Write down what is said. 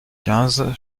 quinze